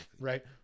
Right